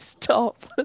Stop